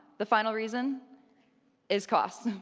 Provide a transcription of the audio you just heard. the final reason is cost.